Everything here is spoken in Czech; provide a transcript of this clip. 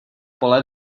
pole